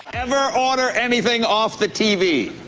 ever order anything off the tv?